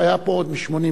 שהיה פה עוד ב-1984,